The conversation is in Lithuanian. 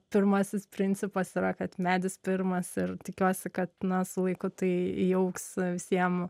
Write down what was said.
pirmasis principas yra kad medis pirmas ir tikiuosi kad na su laiku tai įaugs visiem